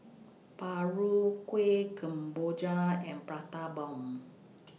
Paru Kueh Kemboja and Prata Bomb